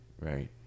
right